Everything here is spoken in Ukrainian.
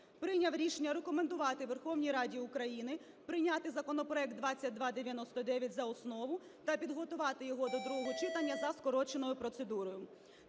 прийняв рішення рекомендувати Верховній Раді України прийняти законопроект 2299 за основу та підготувати його до другого читання за скороченою процедурою.